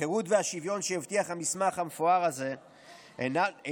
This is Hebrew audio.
החירות והשוויון שהבטיח המסמך המפואר הזה אינם